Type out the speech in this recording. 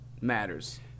matters